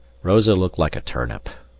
rosa looked like a turnip.